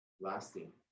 lasting